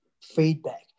feedback